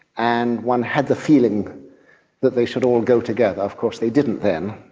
and one had the feeling that they should all go together. of course they didn't then.